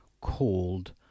called